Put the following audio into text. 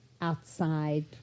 outside